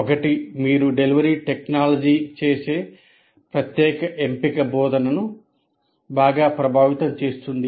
ఒకటి మీరు delivery technology చేసే ప్రత్యేక ఎంపిక బోధనను బాగా ప్రభావితం చేస్తుంది